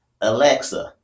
Alexa